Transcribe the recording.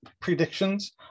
predictions